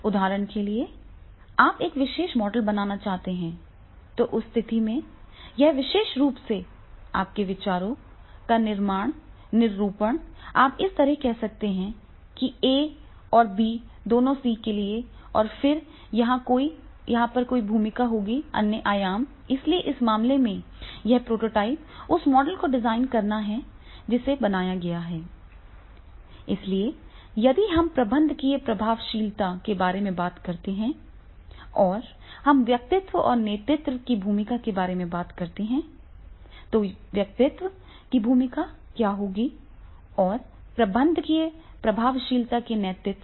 उदाहरण के लिए आप एक विशेष मॉडल बनाना चाहते हैं तो उस स्थिति में यह विशेष रूप से आपके विचारों का निर्माण निरूपण आप इस तरह कह सकते हैं कि A और B दोनों C के लिए जाएंगे और फिर यहाँ पर कोई भूमिका होगी अन्य आयाम इसलिए इस मामले में यह प्रोटोटाइप उस मॉडल को डिजाइन करना है जिसे बनाया गया है इसलिए यदि हम प्रबंधकीय प्रभावशीलता के बारे में बात करते हैं और हम व्यक्तित्व और नेतृत्व की भूमिका के बारे में बात करते हैं कि व्यक्तित्व की भूमिका क्या होगी और प्रबंधकीय प्रभावशीलता पर नेतृत्व